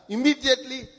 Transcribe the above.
Immediately